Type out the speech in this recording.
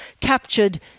captured